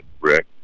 Rick